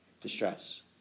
distress